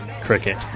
Cricket